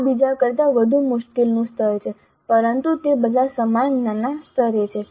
આ બીજા કરતા વધુ મુશ્કેલીનું સ્તર છે પરંતુ તે બધા સમાન જ્ઞાનના સ્તરે છે